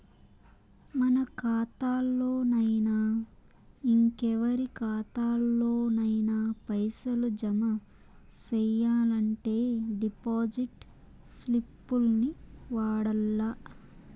మన కాతాల్లోనయినా, ఇంకెవరి కాతాల్లోనయినా పైసలు జమ సెయ్యాలంటే డిపాజిట్ స్లిప్పుల్ని వాడల్ల